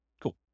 Cool